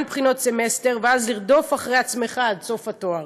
בחינות סמסטר ואז לרדוף אחרי עצמך עד סוף התואר.